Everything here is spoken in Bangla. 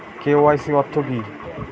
কে.ওয়াই.সি অর্থ কি?